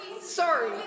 sorry